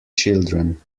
children